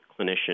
clinician